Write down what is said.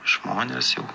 žmones jau